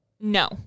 No